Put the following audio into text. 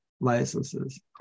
licenses